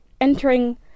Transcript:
entering